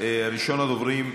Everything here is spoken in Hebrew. ראשון הדוברים,